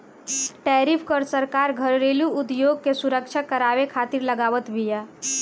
tariff कर सरकार घरेलू उद्योग के सुरक्षा करवावे खातिर लगावत बिया